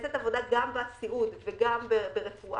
שנעשית עבודה גם בסיעוד וגם ברפואה